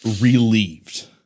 relieved